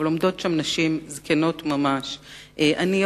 אבל עומדות שם נשים מבוגרות מאוד,